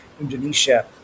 Indonesia